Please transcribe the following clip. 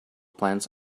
plants